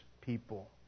people